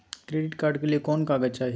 Credit card के लिए कौन कागज चाही?